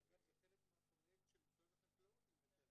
אגב, זה חלק מהפרויקט של משרד החקלאות עם 'בטרם'.